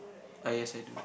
ah yes I do